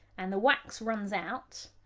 and the wax runs out,